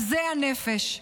עזי הנפש,